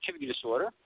disorder